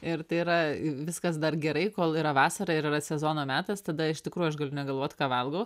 ir tai yra viskas dar gerai kol yra vasara ir yra sezono metas tada iš tikrųjų aš galiu negalvoti ką valgau